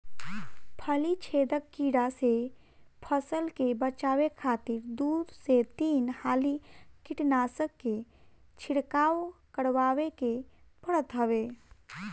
फली छेदक कीड़ा से फसल के बचावे खातिर दू से तीन हाली कीटनाशक के छिड़काव करवावे के पड़त हवे